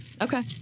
okay